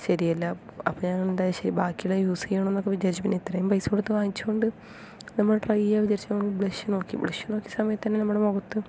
ശരിയല്ല അപ്പം ഞാനെന്താ വെച്ചാൽ ബാക്കിയുള്ളത് യൂസ് ചെയ്യണമെന്നൊക്കെ വിചാരിച്ചു പിന്നെ ഇത്രയും പൈസ കൊടുത്തത് വാങ്ങിച്ചതു കൊണ്ട് നമ്മൾ ട്രൈ ചെയ്യാമെന്ന് വിചാരിച്ചു നമ്മൾ ബ്ലഷ് നോക്കി ബ്ലഷ് വെച്ച സമയത്ത് തന്നെ നമ്മുടെ മുഖത്ത്